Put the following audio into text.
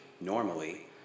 normally